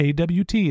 AWT